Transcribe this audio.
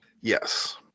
Yes